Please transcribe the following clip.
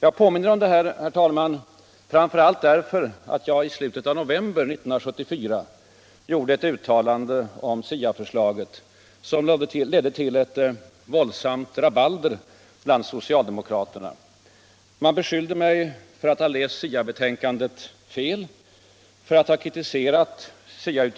Jag påminner om detta, herr talman, framför allt därför att jag i slutet av november 1974 gjorde ett uttalande om SIA-förslaget, som ledde till ett våldsamt rabalder bland socialdemokraterna. Man beskyllde mig för att ha läst SIA-betänkandet fel och för att ha kritiserat förslag